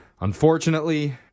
unfortunately